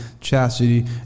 chastity